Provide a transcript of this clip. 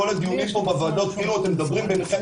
כל הדיונים בוועדות כאילו אתם מדברים ביניכם